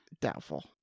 Doubtful